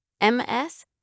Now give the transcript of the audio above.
Ms